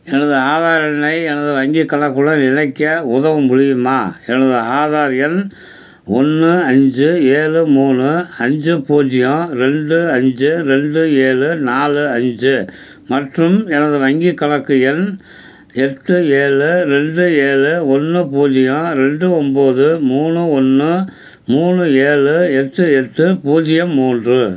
எனது ஆதார் எண்ணை எனது வங்கிக் கணக்குடன் இணைக்க உதவ முடியுமா எனது ஆதார் எண் ஒன்று அஞ்சு ஏழு மூணு அஞ்சு பூஜ்ஜியம் ரெண்டு அஞ்சு ரெண்டு ஏழு நாலு அஞ்சு மற்றும் எனது வங்கிக் கணக்கு எண் எட்டு ஏழு ரெண்டு ஏழு ஒன்று பூஜ்ஜியம் ரெண்டு ஒம்பது மூணு ஒன்று மூணு ஏழு எட்டு எட்டு பூஜ்ஜியம் மூன்று